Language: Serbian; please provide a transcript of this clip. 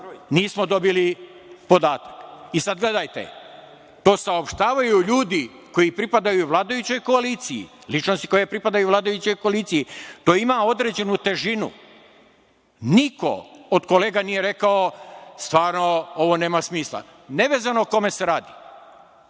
nismo dobili podatak. Sad, gledajte, to saopštavaju ljudi koji pripadaju vladajućoj koaliciji, ličnosti koje pripadaju vladajućoj koaliciji. To ima određenu težinu. Niko od kolega nije rekao - stvarno, ovo nema smisla. Nevezano o kome se radi. Mi,